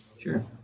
Sure